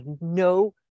no